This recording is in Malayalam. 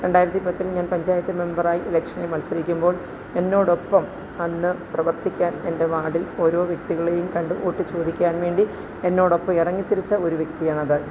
രണ്ടായിരത്തി പത്തിൽ ഞാൻ പഞ്ചായത്ത് മെമ്പറായി ഇലക്ഷനിൽ മത്സരിക്കുമ്പോൾ എന്നോടൊപ്പം അന്ന് പ്രവർത്തിക്കാൻ എൻ്റെ വാർഡിൽ ഓരോ വ്യക്തികളേയും കണ്ട് വോട്ട് ചോദിക്കാൻ വേണ്ടി എന്നോടൊപ്പം ഇറങ്ങി തിരിച്ച ഒരു വ്യക്തിയാണ് അത്